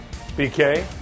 BK